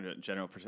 general